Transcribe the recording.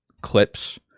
clips